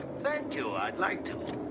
thank you. i'd like to.